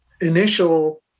initial